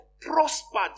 prospered